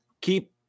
keep